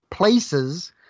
places